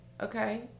okay